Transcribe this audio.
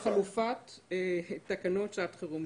לחלופת תקנות שעת חירום.